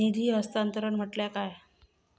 निधी हस्तांतरण म्हटल्या काय?